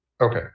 Okay